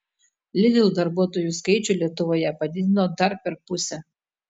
lidl darbuotojų skaičių lietuvoje padidino dar per pusę